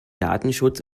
datenschutz